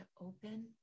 open